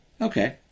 Okay